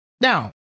Now